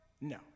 No